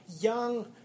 young